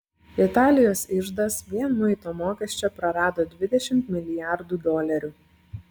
italijos iždas vien muito mokesčio prarado dvidešimt milijardų dolerių